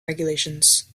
regulations